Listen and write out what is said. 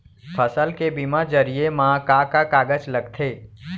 फसल के बीमा जरिए मा का का कागज लगथे?